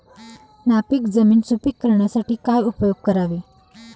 नापीक जमीन सुपीक करण्यासाठी काय उपयोग करावे?